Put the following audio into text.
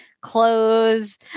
clothes